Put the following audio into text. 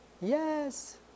Yes